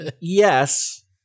yes